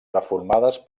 reformades